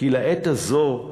כי לעת הזו,